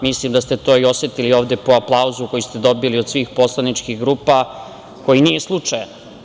Mislim da ste to i osetili ovde po aplauzu koji ste dobili od svih poslaničkih grupa, koji nije slučajan.